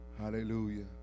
Hallelujah